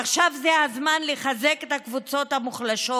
עכשיו זה הזמן לחזק את הקבוצות המוחלשות.